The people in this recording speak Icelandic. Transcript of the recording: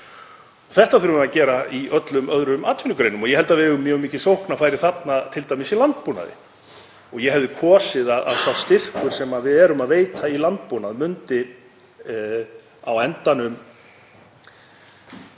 Þetta þurfum við að gera í öllum öðrum atvinnugreinum og ég held að við eigum mjög mikil sóknarfæri hvað þetta varðar í landbúnaði. Ég hefði kosið að sá styrkur sem við erum að veita í landbúnað myndi á endanum